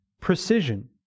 precision